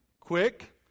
quick